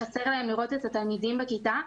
חסר להם לראות את התלמידים האחרים בכיתה.